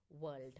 world